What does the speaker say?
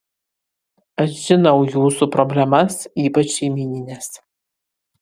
aš žinau jūsų problemas ypač šeimynines